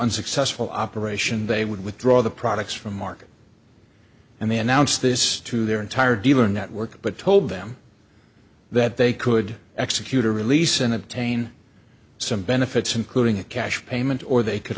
unsuccessful operation they would withdraw the products from market and they announced this to their entire dealer network but told them that they could execute a release and obtain some benefits including a cash payment or they could